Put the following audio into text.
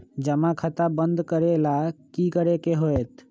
जमा खाता बंद करे ला की करे के होएत?